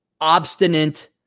obstinate